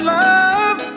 love